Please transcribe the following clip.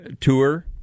tour